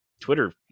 Twitter